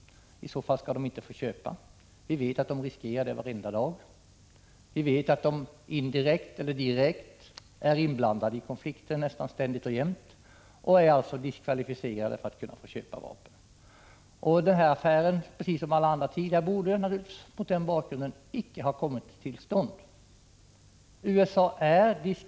I så fall skall USA inte få köpa. Vi vet att den risken föreligger varenda dag. Vi vet att USA indirekt eller direkt är inblandat i konflikter nästan ständigt och jämt och alltså är diskvalificerat att köpa svenska vapen. Den här affären, precis som alla andra, borde naturligtvis mot den bakgrunden inte ha kommit till stånd.